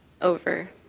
Over